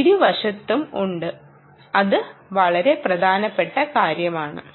ഇരുവശത്തും ഉണ്ട് ഇത് വളരെ പ്രധാനപ്പെട്ട കാര്യമാണ്